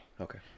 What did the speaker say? Okay